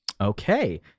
okay